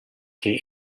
che